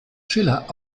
schiller